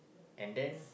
and then